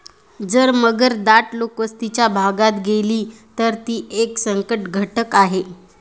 जर मगर दाट लोकवस्तीच्या भागात गेली, तर ती एक संकटघटक आहे